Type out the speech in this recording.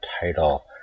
title